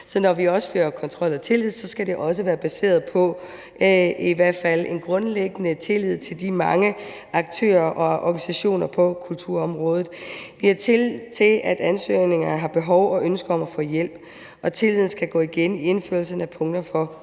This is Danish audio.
så når vi fører kontrol og tilsyn, skal det også være baseret på i hvert fald en grundlæggende tillid til de mange aktører og organisationer på kulturområdet. Vi har tillid til, at ansøgerne har behov for og ønske om at få hjælp, og tilliden skal gå igen i indførelsen af punkter fra lovforslaget.